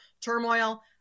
turmoil